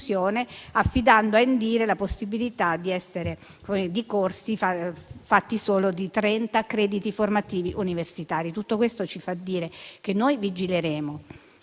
all'istituto Indire la possibilità di corsi fatti di soli 30 crediti formativi universitari. Tutto questo ci fa dire che noi vigileremo,